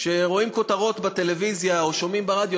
כשרואים כותרות בטלוויזיה או שומעים ברדיו,